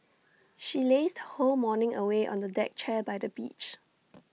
she lazed her whole morning away on A deck chair by the beach